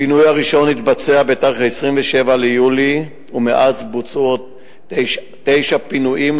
הפינוי הראשון התבצע בתאריך 27 ביולי ומאז בוצעו עוד תשעה פינויים,